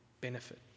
benefit